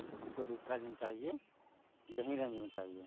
हमको दूसरा जींस चाहिए यही रेंज में चाहिए